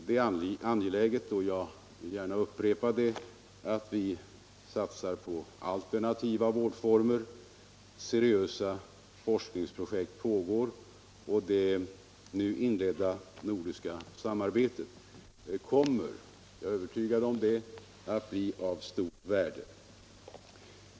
Det är angeläget, jag vill gärna upprepa det, att vi satsar på alternativa vårdformer. Seriösa forskningsprojekt pågår, och det nu inledda nordiska samarbetet kommer — jag är övertygad om det — att bli av stort värde.